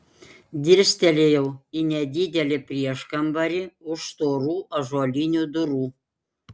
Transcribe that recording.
dirstelėjau į nedidelį prieškambarį už storų ąžuolinių durų